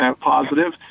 positive